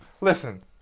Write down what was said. listen